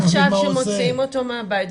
עכשיו כשמוציאים אותו מהבית.